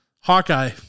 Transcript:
Hawkeye